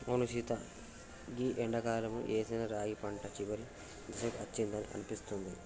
అవును సీత గీ ఎండాకాలంలో ఏసిన రాగి పంట చివరి దశకు అచ్చిందని అనిపిస్తుంది